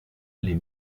les